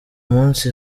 munsi